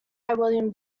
william